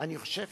אני חושב